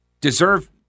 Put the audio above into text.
deserve